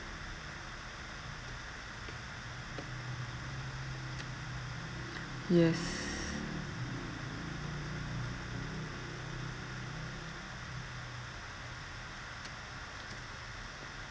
yes